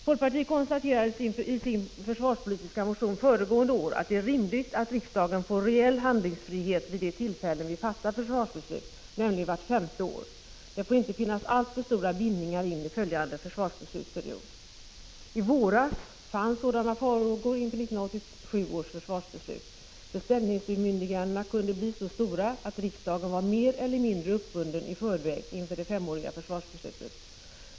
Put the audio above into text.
Folkpartiet konstaterade i sin försvarspolitiska motion föregående år att det är rimligt att riksdagen får reell handlingsfrihet vid de tillfällen vi fattar försvarsbeslut, nämligen vart femte år. Det får inte finnas alltför stora bindningar in i följande försvarsbeslutsperiod. I våras fanns sådana farhågor inför 1987 års försvarsbeslut. Beställningsbemyndigandena kunde bli så stora att riksdagen var mer eller mindre uppbunden i förväg inför det femåriga försvarsbeslutet.